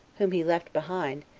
whom he left behind,